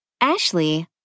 Ashley